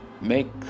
make